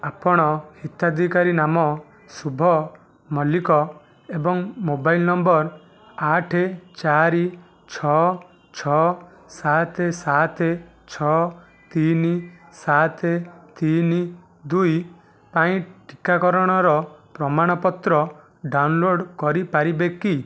ଆପଣ ହିତାଧିକାରୀ ନାମ ଶୁଭ ମଲ୍ଲିକ ଏବଂ ମୋବାଇଲ ନମ୍ବର ଆଠ ଚାରି ଛଅ ଛଅ ସାତ ସାତ ଛଅ ତିନି ସାତ ତିନି ଦୁଇ ପାଇଁ ଟିକାକରଣର ପ୍ରମାଣପତ୍ର ଡାଉନଲୋଡ଼୍ କରିପାରିବେ କି